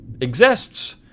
exists